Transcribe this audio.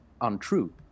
untrue